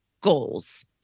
goals